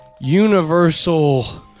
universal